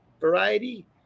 variety